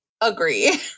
Agree